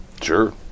Sure